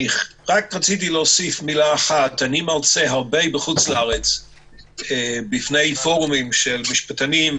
אני מרצה הרבה בחוץ לארץ בפני פורומים של משפטנים,